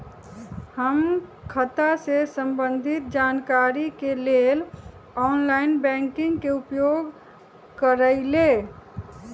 हम खता से संबंधित जानकारी के लेल ऑनलाइन बैंकिंग के उपयोग करइले